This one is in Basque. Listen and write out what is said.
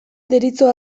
deritzo